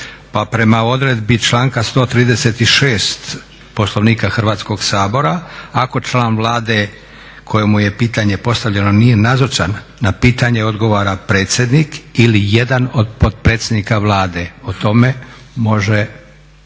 prema odredbi članka 136. Poslovnika Hrvatskog sabora ako član Vlade kojemu je pitanje postavljeno nije nazočan na pitanje odgovara predsjednik ili jedan od potpredsjednika Vlade. Prema tome može